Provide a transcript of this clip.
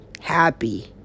happy